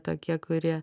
tokie kurie